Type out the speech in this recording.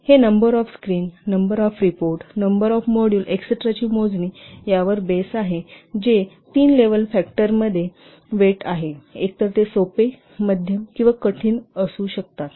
हे number of screen number of report number of module एस्टेराची मोजणी यावर बेस आहे जे तीन लेवल फॅक्टरद्वारे वेट आहेत एकतर ते सोपे मध्यम किंवा कठीण असू शकतात